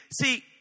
see